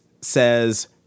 says